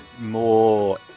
more